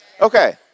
Okay